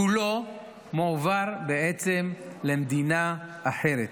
כולו מועבר בעצם למדינה אחרת.